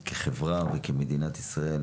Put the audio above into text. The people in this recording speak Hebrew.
כחברה, או כמדינת ישראל,